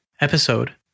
episode